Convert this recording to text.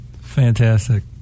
Fantastic